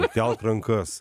pakelk rankas